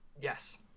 Yes